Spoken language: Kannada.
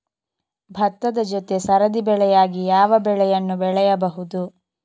ಭತ್ತದ ಜೊತೆ ಸರದಿ ಬೆಳೆಯಾಗಿ ಯಾವ ಬೆಳೆಯನ್ನು ಬೆಳೆಯಬಹುದು?